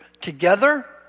together